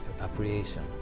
appreciation